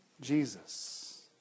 Jesus